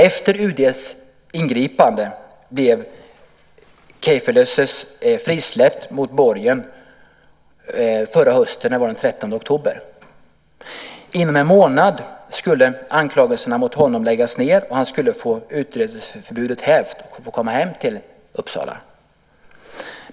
Efter UD:s ingripande blev Kifleyesus frisläppt mot borgen förra hösten den 13 oktober. Inom en månad skulle anklagelserna mot honom läggas ned, och han skulle få utreseförbudet hävt och komma hem till Uppsala.